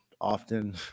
often